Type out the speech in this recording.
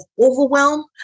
overwhelm